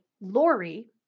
Lori